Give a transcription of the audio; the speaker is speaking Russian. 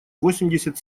восемьдесят